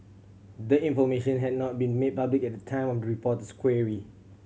the information had not been made public at the time of the reporter's query